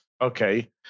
Okay